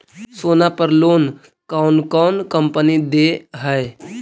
सोना पर लोन कौन कौन कंपनी दे है?